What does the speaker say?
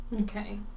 Okay